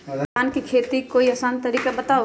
धान के खेती के कोई आसान तरिका बताउ?